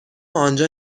آنجا